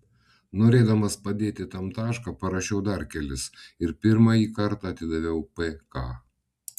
norėdamas padėti tam tašką parašiau dar kelis ir pirmąjį kartą atidaviau pk